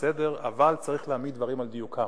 בסדר, אבל צריך להעמיד דברים על דיוקם.